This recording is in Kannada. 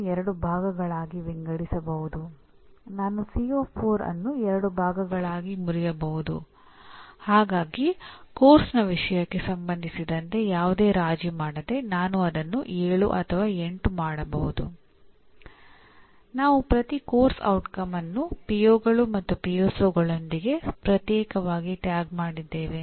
ಅದು ಎಲ್ಲರಿಗೂ ಕೇಂದ್ರಬಿಂದುವಾಗಿ ಕಾರ್ಯನಿರ್ವಹಿಸುತ್ತದೆ ಮತ್ತು ಪ್ರೋಗ್ರಾಂನಲ್ಲಿನ ಉಳಿದ ಚಟುವಟಿಕೆಗಳಿಗೆ ಸಂಬಂಧವಿಲ್ಲದ ಪ್ರತಿ ಪಠ್ಯಕ್ರಮವನ್ನು ಸ್ವತಂತ್ರ ಘಟಕವಾಗಿ ಪರಿಗಣಿಸುವುದನ್ನು ಇದು ಖಾತ್ರಿಗೊಳಿಸುತ್ತದೆ